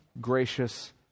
gracious